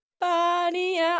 body